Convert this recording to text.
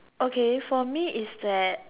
okay for me is that